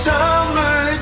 Summer